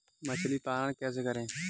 मछली पालन कैसे करें?